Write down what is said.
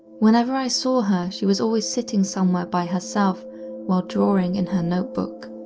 whenever i saw her she was always sitting somewhere by herself while drawing in her notebook.